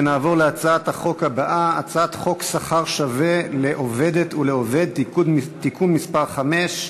נעבור להצעת החוק הבאה: הצעת חוק שכר שווה לעובדת ולעובד (תיקון מס' 5),